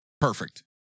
Perfect